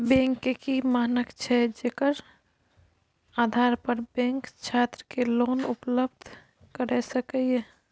Bank के की मानक छै जेकर आधार पर बैंक छात्र के लोन उपलब्ध करय सके ये?